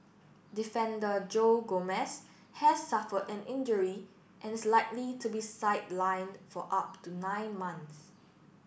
defender Joe Gomez has suffered an injury and is likely to be sidelined for up to nine months